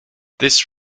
this